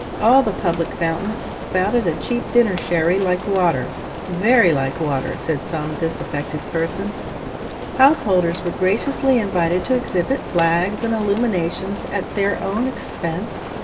all the public fountains spouted a cheap dinner sherry like water very like water said some disaffected persons householders were graciously invited to exhibit flags and illuminations at their own expense,